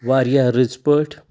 واریاہ رٕژِ پٲٹھۍ